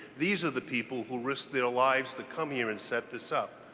these are the people who risked their lives to come here and set this up.